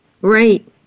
Right